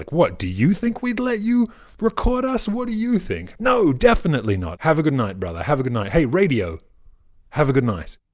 like what? do you think we'd let you record us? what do you think? no, definitely not! have a good night brother, have a good night. hey radio have a good night.